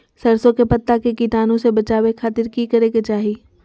सरसों के पत्ता के कीटाणु से बचावे खातिर की करे के चाही?